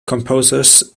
composers